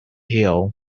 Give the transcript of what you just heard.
hill